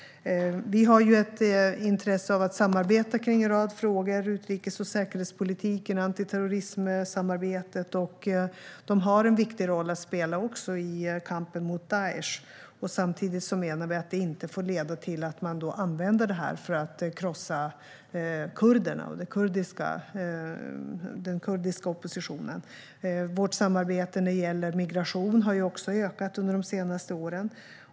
Vi har intresse av att samarbeta i en rad frågor, till exempel utrikes och säkerhetspolitiken och antiterrorismsamarbetet. Turkiet har också en viktig roll att spela i kampen mot Daish. Samtidigt får det inte leda till att man använder det för att krossa kurderna och den kurdiska oppositionen. Vårt samarbete med Turkiet när det gäller migration har också ökat de senaste åren.